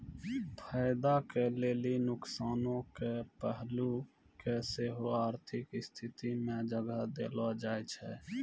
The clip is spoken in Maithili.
फायदा के लेली नुकसानो के पहलू के सेहो आर्थिक स्थिति मे जगह देलो जाय छै